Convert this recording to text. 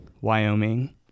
Wyoming